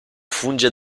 funge